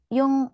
yung